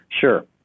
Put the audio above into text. Sure